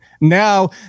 now